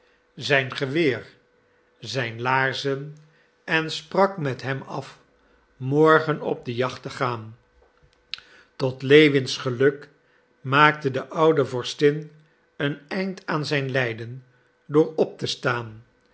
zijn geweer zijn laarzen en sprak met hem af morgen op de jacht te gaan tot lewins geluk maakte de oude vorstin een eind aan zijn lijden door op te staan